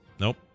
nope